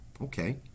Okay